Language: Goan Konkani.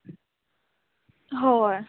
होय